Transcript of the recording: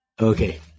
Okay